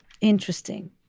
interesting